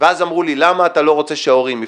ואז אמרו לי, למה אתה לא רוצה שההורים יפנו.